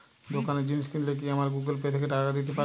দোকানে জিনিস কিনলে কি আমার গুগল পে থেকে টাকা দিতে পারি?